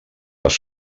les